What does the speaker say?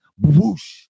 Whoosh